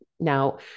Now